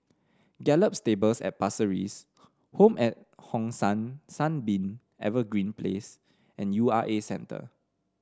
Gallop Stables at Pasir Ris Home at Hong San Sunbeam Evergreen Place and U R A Centre